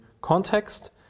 context